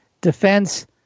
defense